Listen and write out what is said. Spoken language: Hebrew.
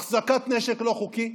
החזקת נשק לא חוקי,